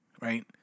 right